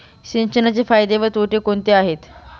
सिंचनाचे फायदे व तोटे कोणते आहेत?